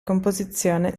composizione